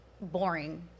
boring